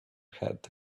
head